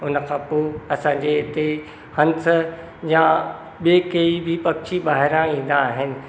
उन खां पोइ असांजे हिते हंस या ॿी कहिड़ी बि पक्षी ॿाहिरां ईंदा आहिनि